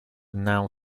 now